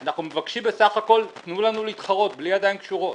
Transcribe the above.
אנחנו מבקשים בסך הכל שתתנו לנו להתחרות בלי ידיים קשורות.